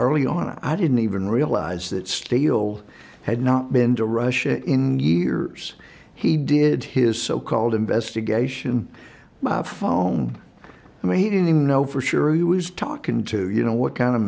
early on i didn't even realize that steel had not been to russia in the years he did his so called investigation my phone and he didn't know for sure he was talking to you know what kind of